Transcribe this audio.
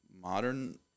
modern